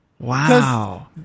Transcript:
Wow